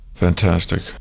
Fantastic